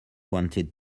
wanted